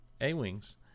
A-Wings